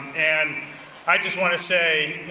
and i just want to say,